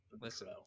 listen